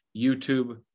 YouTube